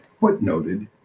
footnoted